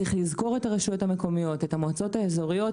צריך לזכור את הרשויות המקומיות ואת המועצות האזוריות